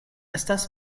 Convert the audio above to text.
estas